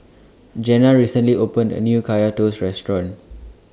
Janna recently opened A New Kaya Toast Restaurant